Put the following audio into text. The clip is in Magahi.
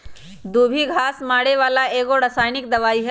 दुभी घास मारे बला एगो रसायनिक दवाइ हइ